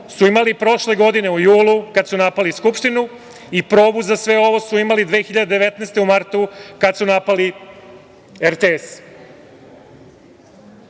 su imali prošle godine u julu, kad su napali Skupštinu i probu za sve ovo su imali 2019. godine u martu, kad su napali RTS.Svi